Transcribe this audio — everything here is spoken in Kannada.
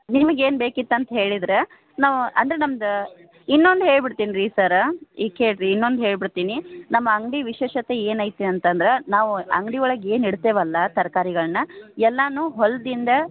ನಿಮ್ಗೆ ಏನು ಬೇಕಿತ್ತಂತ ಹೇಳಿದ್ರೆ ನಾವು ಅಂದ್ರೆ ನಮ್ದು ಇನ್ನೊಂದು ಹೇಳ್ಬಿಡ್ತೀನಿ ರೀ ಸರ್ರ ಈ ಕೇಳಿರಿ ಇನ್ನೊಂದು ಹೇಳಿಬಿಡ್ತೀನಿ ನಮ್ಮ ಅಂಗಡಿ ವಿಶೇಷತೆ ಏನೈತೆ ಅಂತಂದ್ರೆ ನಾವು ಅಂಗಡಿ ಒಳಗೆ ಏನು ಇಡ್ತೇವಲ್ಲ ತರಕಾರಿಗಳ್ನ ಎಲ್ಲಾ ಹೊಲದಿಂದ